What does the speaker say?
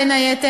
בין היתר,